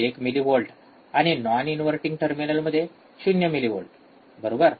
१ millivolt आणि non inverting टर्मिनलमध्ये ० millivolt बरोबर